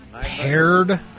Paired